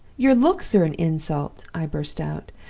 your looks are an insult i burst out.